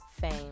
Fame